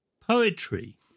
poetry